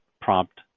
prompt